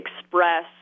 express